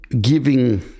giving